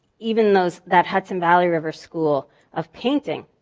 even those that hudson valley river school of painting